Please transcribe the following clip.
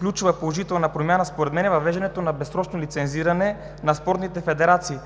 ключова положителна промяна според мен е въвеждането на безсрочно лицензиране на спортните федерации.